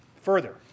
Further